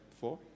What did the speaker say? Four